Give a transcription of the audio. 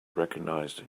recognizing